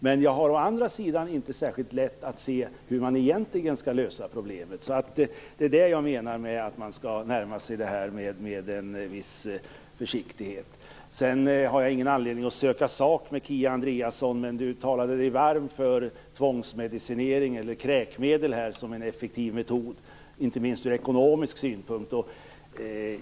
Men jag har inte särskilt lätt att se hur problemet egentligen skall lösas. Det är detta jag menar med att man skall närma sig frågan med en viss försiktighet. Jag har ingen anledning att söka sak med Kia Andreasson, men hon talade sig varm för att tvångsmedicinering eller kräkmedel var en effektiv metod, inte minst ur ekonomisk synpunkt.